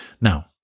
Now